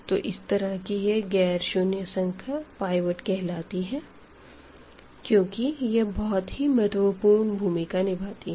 तो इस तरह की यह ग़ैर शून्य संख्या पाइवट कहलाती है क्योंकि यह बहुत ही महत्वपूर्ण भूमिका निभाती है